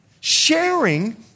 Sharing